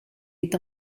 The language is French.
est